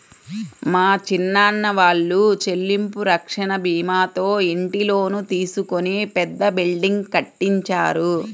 మా చిన్నాన్న వాళ్ళు చెల్లింపు రక్షణ భీమాతో ఇంటి లోను తీసుకొని పెద్ద బిల్డింగ్ కట్టించారు